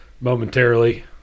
Momentarily